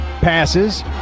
passes